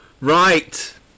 Right